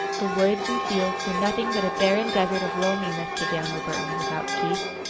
the woods and fields were nothing but a barren desert of loneliness to daniel burton without keith.